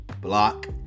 Block